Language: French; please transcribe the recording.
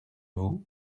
vous